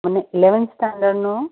અને ઇલેવન સ્ટાન્ડર્ડનું